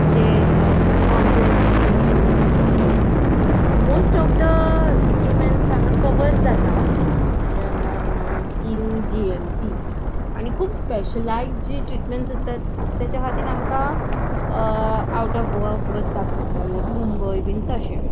जे खूब complex instruments आसतात ते मोस्ट ऑफ द इंस्ट्रुमेंट्स हांगा कवर जाता इन जी एम सी आनी खूब स्पेशलायज्ड जीं ट्रिटमेंट्स आसतात तेच्या खातीर आमकां आवट ऑफ गोवा वचपाक पडटा लायक मुंबय बीन तशें